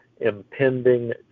impending